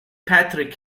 patrick